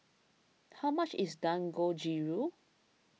how much is Dangojiru